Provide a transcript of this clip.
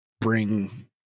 bring